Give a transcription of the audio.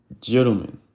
gentlemen